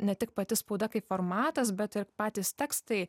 ne tik pati spauda kaip formatas bet ir patys tekstai